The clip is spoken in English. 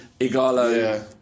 Igalo